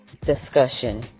discussion